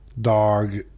dog